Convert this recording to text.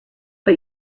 but